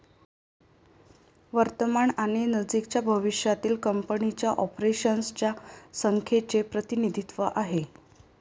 वर्तमान आणि नजीकच्या भविष्यातील कंपनीच्या ऑपरेशन्स च्या संख्येचे प्रतिनिधित्व आहे